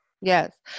Yes